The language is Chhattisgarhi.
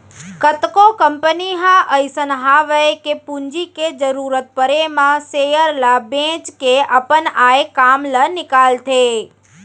कतको कंपनी ह अइसन हवय कि पूंजी के जरूरत परे म सेयर ल बेंच के अपन आय काम ल निकालथे